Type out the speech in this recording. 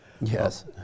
Yes